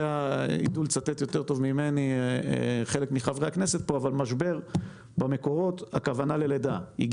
בעברית המקראית "משבר" משמעותו לידה או כיסא יולדת,